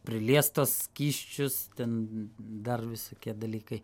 priliest tuos skysčius ten dar visokie dalykai